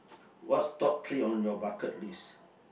what's top three on your bucket list